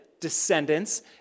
descendants